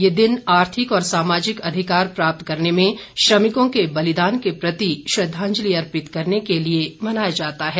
यह दिन आर्थिक और सामाजिक अधिकार प्राप्त करने में श्रमिकों के बलिदान के प्रति श्रद्वांजलि अर्पित करने के लिये मनाया जाता है